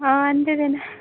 हां आंदे दे न